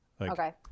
okay